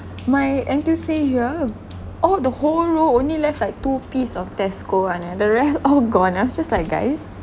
my N_T_U_C here all the whole row only left like two piece of Tesco and then the rest all gone I was just like guys